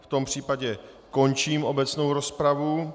V tom případě končím obecnou rozpravu.